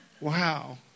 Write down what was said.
Wow